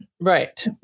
Right